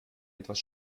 etwas